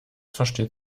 versteht